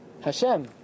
Hashem